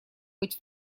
быть